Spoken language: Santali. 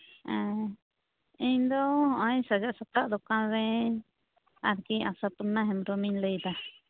ᱤᱧ ᱫᱚ ᱦᱚᱸᱜᱼᱚᱭ ᱥᱟᱡᱟᱣ ᱥᱟᱯᱲᱟᱣ ᱫᱚᱠᱟᱱ ᱨᱮ ᱟᱨᱠᱤ ᱟᱥᱟᱯᱩᱨᱱᱟ ᱦᱮᱢᱵᱽᱨᱚᱢᱤᱧ ᱞᱟᱹᱭ ᱮᱫᱟ